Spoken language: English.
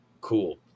Cool